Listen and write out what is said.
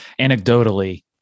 anecdotally